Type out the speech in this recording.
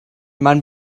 man